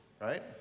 right